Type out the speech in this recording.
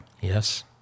Yes